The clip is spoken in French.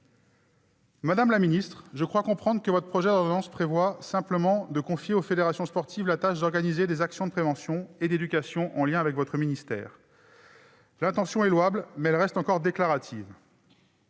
Madame la ministre, je crois comprendre que votre projet d'ordonnance prévoit simplement de confier aux fédérations sportives la tâche d'organiser des actions de prévention et d'éducation en lien avec votre ministère. L'intention est louable, mais elle reste encore déclarative.